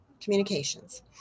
communications